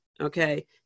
okay